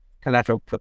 collateral